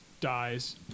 dies